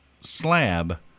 slab